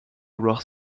vouloir